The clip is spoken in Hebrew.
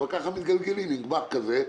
ככה מתגלגלים עם גמ"ח כזה.